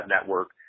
network